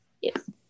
Yes